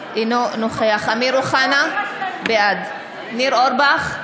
אינו נוכח אמיר אוחנה, בעד ניר אורבך,